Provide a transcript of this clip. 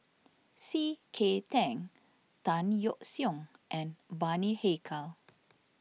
C K Tang Tan Yeok Seong and Bani Haykal